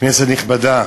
כנסת נכבדה,